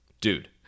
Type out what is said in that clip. dude